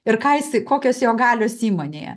ir ką jisai kokios jo galios įmonėje